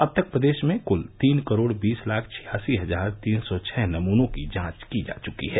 अब तक प्रदेश में कुल तीन करोड़ बीस लाख छियासी हजार तीन सौ छः नमूनों की जांच की जा चुकी है